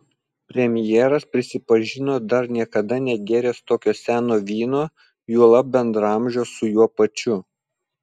premjeras prisipažino dar niekada negėręs tokio seno vyno juolab bendraamžio su juo pačiu